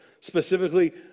specifically